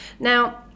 Now